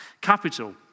capital